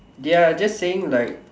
ya just saying like